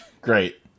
Great